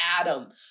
Adam